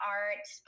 art